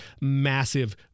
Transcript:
massive